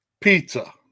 Pizza